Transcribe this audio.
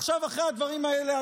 עכשיו אחרי הדברים האלה,